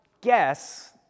guess